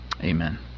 Amen